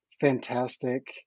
fantastic